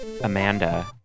Amanda